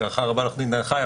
בהערכה רבה לעו"ד דן חי,